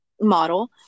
model